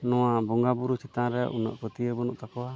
ᱱᱚᱣᱟ ᱵᱚᱸᱜᱟ ᱵᱳᱨᱳ ᱪᱮᱛᱟᱱ ᱨᱮ ᱩᱱᱟᱹᱜ ᱯᱟᱹᱛᱭᱟᱹᱣ ᱵᱟᱹᱱᱩᱜ ᱛᱟᱠᱚᱣᱟ